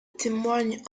témoigne